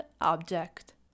object